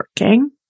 working